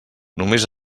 només